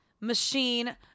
Machine